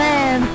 Man